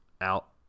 out